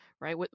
right